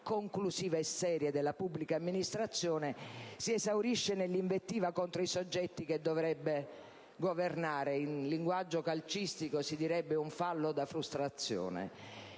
conclusiva e seria della pubblica amministrazione, si esaurisce nell'invettiva contro i soggetti che dovrebbe governare: in linguaggio calcistico, si direbbe un fallo da frustrazione.